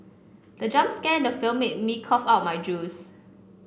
the jump scare in the film made me cough out my juice